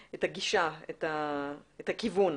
הגישה, את הכיוון.